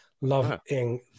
Loving